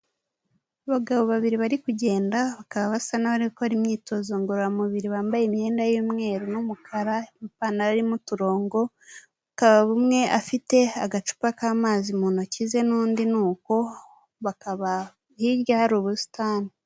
Abagabo babiri bari kugenda bakaba basa n'abari gukora imyitozo ngororamubiri bambaye imyenda y'umweru n'umukara, ipantaro irimo uturongo, bakaba umwe afite agacupa k'amazi mu ntoki ze n'undi ni uko bakaba hirya hari ubusitani.